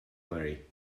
marry